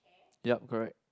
yup correct